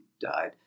died